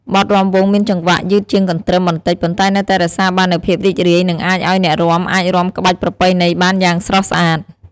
បទរាំវង់មានចង្វាក់យឺតជាងកន្ទ្រឹមបន្តិច ប៉ុន្តែនៅតែរក្សាបាននូវភាពរីករាយ និងអាចឱ្យអ្នករាំអាចរាំក្បាច់ប្រពៃណីបានយ៉ាងស្រស់ស្អាត។